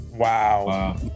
Wow